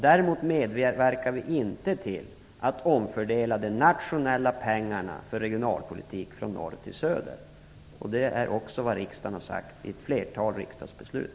Däremot medverkar vi inte till att omfördela de nationella pengarna för regionalpolitik från norr till söder. Det är också vad riksdagen har sagt vid ett flertal riksdagsbeslut.